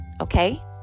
Okay